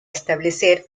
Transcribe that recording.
establecer